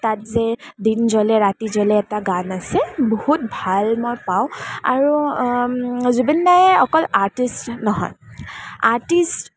তাত যে দিন জ্বলে ৰাতি জ্বলে এটা গান আছে বহুত ভাল মই পাওঁ আৰু জুবিন দায়ে অকল আৰ্টিষ্টে নহয় আৰ্টিষ্ট